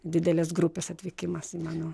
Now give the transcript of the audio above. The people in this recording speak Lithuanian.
didelės grupės atvykimas į mano